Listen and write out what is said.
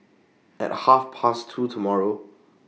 At Half Past two tomorrow